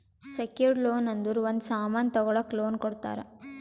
secured loan ಅಂದುರ್ ಒಂದ್ ಸಾಮನ್ ತಗೊಳಕ್ ಲೋನ್ ಕೊಡ್ತಾರ